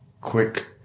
quick